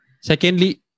Secondly